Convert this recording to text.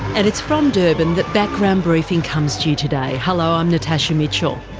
and it's from durban that background briefing comes to you today. hello, i'm natasha mitchell.